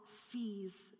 sees